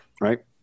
right